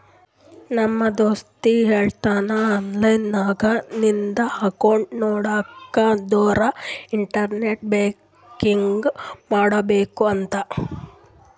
ನಮ್ ದೋಸ್ತ ಹೇಳುನ್ ಆನ್ಲೈನ್ ನಾಗ್ ನಿಂದ್ ಅಕೌಂಟ್ ನೋಡ್ಬೇಕ ಅಂದುರ್ ಇಂಟರ್ನೆಟ್ ಬ್ಯಾಂಕಿಂಗ್ ಮಾಡ್ಕೋಬೇಕ ಅಂತ್